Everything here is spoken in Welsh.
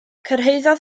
cyrhaeddodd